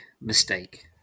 mistake